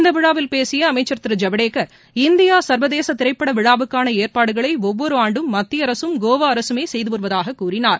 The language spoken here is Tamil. இந்த விழாவில் பேசிய அமைச்சர் திரு ஜவடேகர் இந்தியா சர்வதேச திரைப்பட விழாவுக்கான ஏற்பாடுகளை ஒவ்வொரு ஆண்டும் மத்திய அரசும் கோவா அரசுமே செய்துவருவதாக கூறினார்